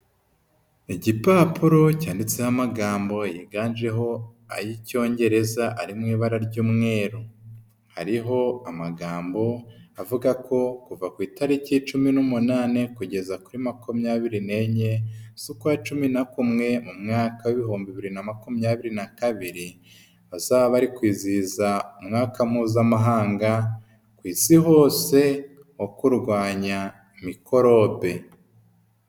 Igipapuro cyanditseho amagambo yiganjeho ay'icyongereza, ari mu ibara ry'umweru. Hariho amagambo avuga ko kuva ku itariki cumi n'umunani, kugeza kuri makumyabiri n'enye, z'ukwa cumi na kumwe, mu mwaka w'ibihumbi bibiri na makumyabiri na kabiri, bazaba bari kwizihiza mwaka mpuzamahanga ku isi hose, wo kurwanya mikorobe.